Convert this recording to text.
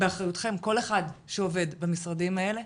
כל אחד שעובד במשרדים האלה,